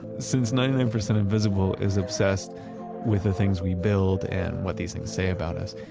since ninety nine percent invisible is obsessed with the things we build and what these things say about us.